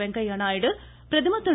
வெங்கய்ய நாயுடு பிரதமர் திரு